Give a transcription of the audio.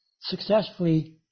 successfully